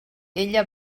ella